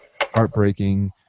heartbreaking